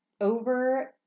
over